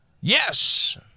Yes